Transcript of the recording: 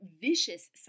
vicious